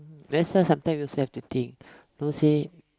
that's why sometimes you also have to think don't say